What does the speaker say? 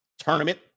Tournament